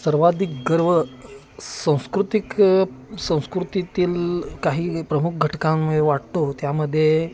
सर्वाधिक गर्व सांस्कृतिक संस्कृतीतिल काही प्रमुख घटकांम वाटतो त्यामध्ये